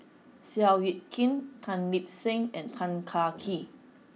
Seow Yit Kin Tan Lip Seng and Tan Kah Kee